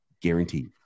guaranteed